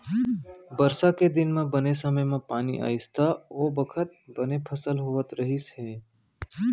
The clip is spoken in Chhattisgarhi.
बरसा के दिन म बने समे म पानी आइस त ओ बखत बने फसल होवत रहिस हे